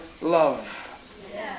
Love